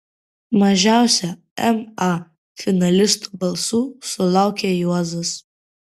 mažiausia ma finalistų balsų sulaukė juozas